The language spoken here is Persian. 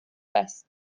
است